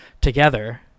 together